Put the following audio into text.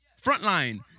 Frontline